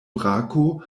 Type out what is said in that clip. brako